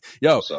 yo